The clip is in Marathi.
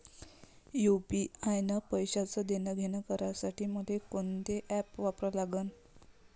यू.पी.आय न पैशाचं देणंघेणं करासाठी मले कोनते ॲप वापरा लागन?